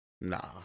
Nah